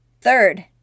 Third